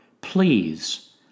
please